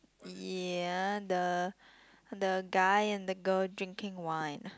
ya the the guy and the girl drinking wine